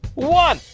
one.